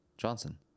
Johnson